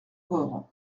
gorre